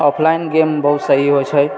offline game बहुत सही होयत छै